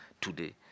today